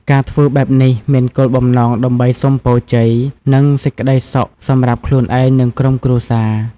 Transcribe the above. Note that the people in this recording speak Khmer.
ការធ្វើបែបនេះមានគោលបំណងដើម្បីសុំពរជ័យ និងសេចក្តីសុខសម្រាប់ខ្លួនឯង និងក្រុមគ្រួសារ។